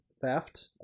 theft